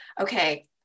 Okay